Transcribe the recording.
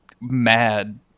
mad